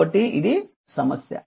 కాబట్టి ఇది సమస్య